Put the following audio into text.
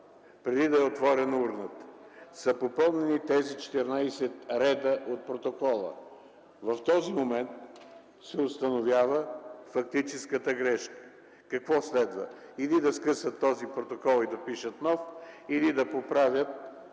преди да е отворена урната са попълнени тези 14 реда от протокола. В този момент се установява фактическата грешка. Какво следва? Или да скъсат този протокол и да пишат нов, или да поправят